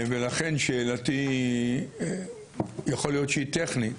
לכן, שאלתי, יכול להיות שהיא טכנית.